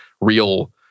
real